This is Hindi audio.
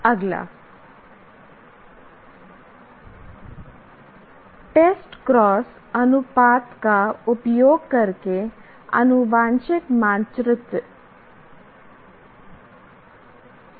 अगला एक टेस्ट क्रॉस अनुपात का उपयोग करके आनुवंशिक मानचित्र है